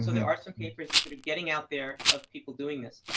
there are some papers that are getting out there of people doing this.